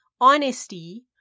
honesty